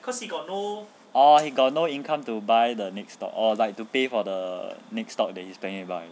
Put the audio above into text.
oh he got no income to buy the next stock oh like to pay for the next stock that he's planning to buy